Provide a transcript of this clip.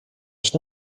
els